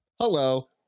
Hello